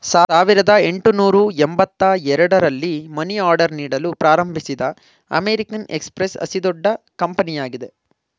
ಸಾವಿರದ ಎಂಟುನೂರು ಎಂಬತ್ತ ಎರಡು ರಲ್ಲಿ ಮನಿ ಆರ್ಡರ್ ನೀಡಲು ಪ್ರಾರಂಭಿಸಿದ ಅಮೇರಿಕನ್ ಎಕ್ಸ್ಪ್ರೆಸ್ ಅತಿದೊಡ್ಡ ಕಂಪನಿಯಾಗಿದೆ